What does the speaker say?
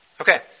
Okay